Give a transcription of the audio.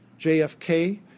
JFK